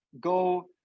go